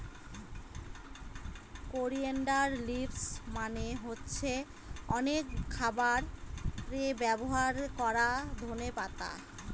coriander leaves মানে হচ্ছে অনেক খাবারে ব্যবহার করা ধনে পাতা